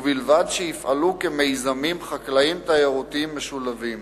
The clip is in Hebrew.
ובלבד שיפעלו כמיזמים חקלאיים תיירותיים משולבים,